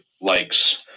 likes